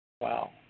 Wow